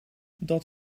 dat